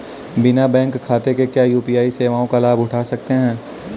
बिना बैंक खाते के क्या यू.पी.आई सेवाओं का लाभ उठा सकते हैं?